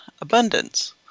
abundance